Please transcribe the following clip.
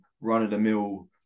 run-of-the-mill